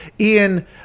Ian